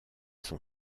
son